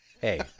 Hey